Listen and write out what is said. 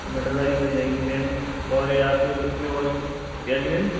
मटर राइस हो जाएगी मेम और आप इसमें और क्या जी मैम